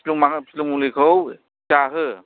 फिलौ मुलिखौ जाहो